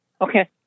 Okay